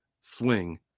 swing